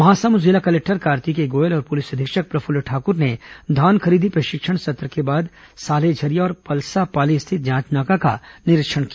महासमुंद जिला कलेक्टर कार्तिकेय गोयल और पुलिस अधीक्षक प्रफुल्ल ठाकुर ने धान खरीदी प्रशिक्षण सत्र के बाद साल्हेझरिया और पलसापाली स्थित जांच नाका का निरीक्षण किया